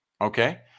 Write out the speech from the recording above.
Okay